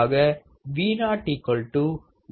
ஆக Vo 1 R2R1